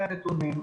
חפצים.